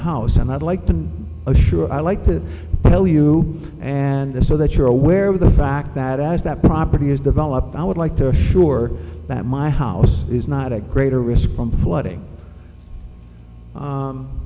house and i'd like to assure i like to tell you and so that you're aware of the fact that as that property has developed i would like to assure that my house is not at greater risk from flooding